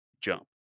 jump